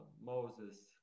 Moses